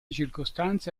circostanze